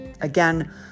Again